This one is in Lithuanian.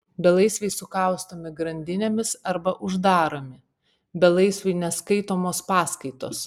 belaisviai sukaustomi grandinėmis arba uždaromi belaisviui neskaitomos paskaitos